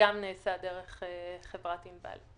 גם נעשה דרך חברת "ענבל".